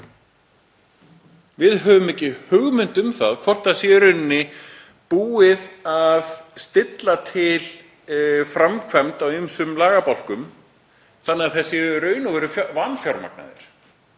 Við höfum ekki hugmynd um það hvort það sé í rauninni búið að stilla til framkvæmd á ýmsum lagabálkum þannig að þeir séu í raun og veru vanfjármagnaðir